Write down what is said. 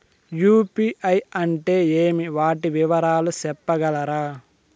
UPI అంటే ఏమి? వాటి వివరాలు సెప్పగలరా?